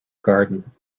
garden